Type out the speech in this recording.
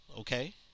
okay